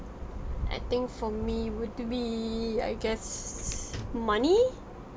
I think for me would be I guess money